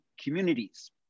communities